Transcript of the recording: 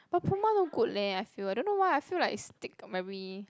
but Puma not good leh I feel I don't know why I feel like it stick very